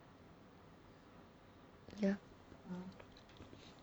ya